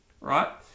right